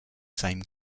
same